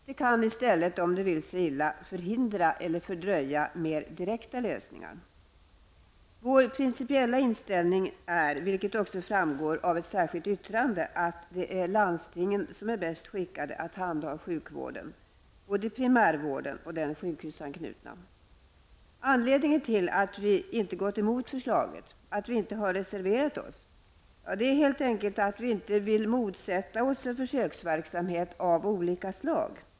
De kan i stället om det vill sig illa förhindra eller fördröja mer direkta lösningar. Vår principiella inställning är -- vilket också framgår av ett särskilt yttrande -- att landstingen är bäst skickade att handha sjukvården, både primärvården och den sjukhusanknutna. Anledningen till att vi inte gått emot förslaget, att vi inte har reserverat oss, är helt enkelt att vi inte vill motsätta oss en försöksverksamhet av olika slag.